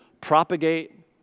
propagate